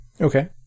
Okay